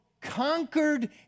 conquered